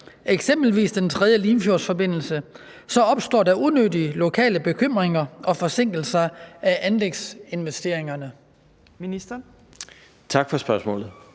eksempelvis den tredje Limfjordsforbindelse, så opstår der unødige lokale bekymringer og forsinkelser af anlægsinvesteringerne? Skriftlig begrundelse